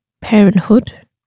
parenthood